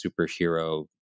superhero